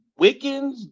Wiccans